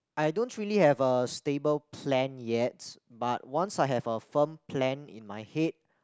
I don't really have a stable plan yet but once I have a firm plan in my head